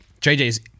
JJ's